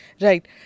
Right